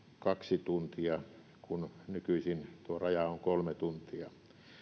kaksi tuntia kun nykyisin tuo raja on kolme tuntia